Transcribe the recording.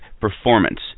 Performance